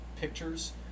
pictures